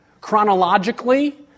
chronologically